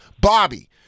Bobby